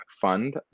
fund